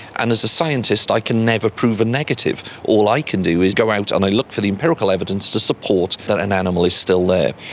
and as a scientist i can never prove a negative. all i can do is go out and i look for the empirical evidence to support that an animal is still there.